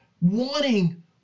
wanting